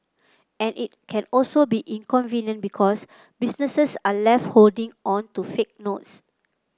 and it can also be inconvenient because businesses are left holding on to fake notes